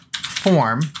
form